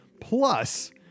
Plus